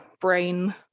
brain